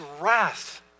wrath